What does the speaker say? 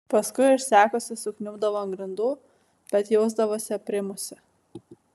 paskui išsekusi sukniubdavo ant grindų bet jausdavosi aprimusi